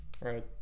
right